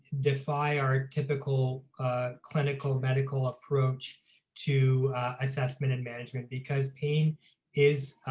defy our typical clinical medical approach to assessment and management because pain is,